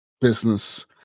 business